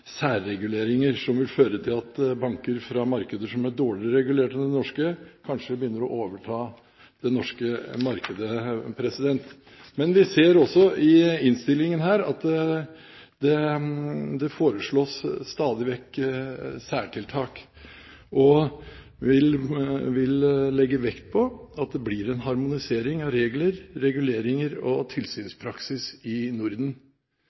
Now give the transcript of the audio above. særreguleringer som vil føre til at banker fra markeder som er dårligere regulert enn det norske, kanskje begynner å overta det norske markedet. Men vi ser også i innstillingen at det stadig vekk foreslås særtiltak, og vi vil legge vekt på at det blir en harmonisering av regler, reguleringer og tilsynspraksis i Norden.